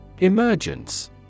Emergence